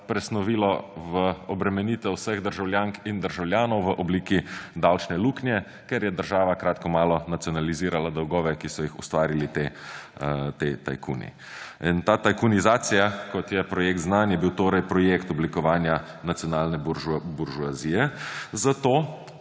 presnovilo v obremenitev vseh državljank in državljanov v obliki davčne luknje, ker je država kratko malo nacionalizirala dolgove, ki so jih ustvarili ti tajkuni. In ta tajkunizacija, kot je projekt znan, je bil torej projekt oblikovanja nacionalne buržoazije, zato